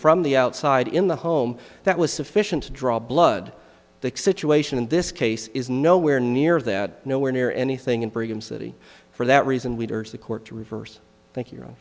from the outside in the home that was sufficient to draw blood the situation in this case is nowhere near that nowhere near anything in brigham city for that reason we durst the court to reverse thank you